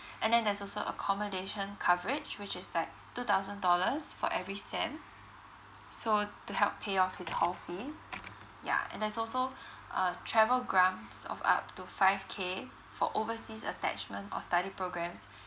and then there's also accommodation coverage which is like two thousand dollars for every sem so to help pay off his whole fees yeah and there's also uh travel grants of up to five K for overseas attachment or study programs